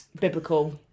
biblical